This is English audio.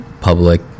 public